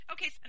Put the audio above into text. Okay